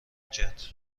کرد